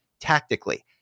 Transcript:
tactically